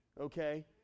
Okay